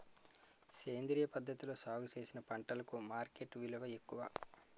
సేంద్రియ పద్ధతిలో సాగు చేసిన పంటలకు మార్కెట్ విలువ ఎక్కువ